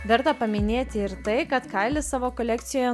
verta paminėti ir tai kad kailį savo kolekcijoje